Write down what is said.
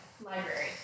library